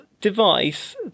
device